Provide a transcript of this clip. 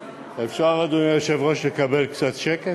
אפשר, אדוני היושב-ראש, לקבל קצת שקט?